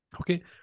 okay